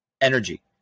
energy